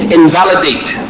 invalidate